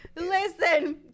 listen